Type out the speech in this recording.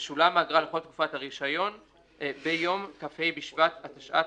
תשולם האגרה לכל תקופת הרישיון ביום כ"ה בשבט התשע"ט